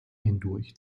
hindurch